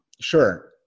sure